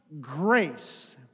grace